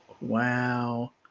Wow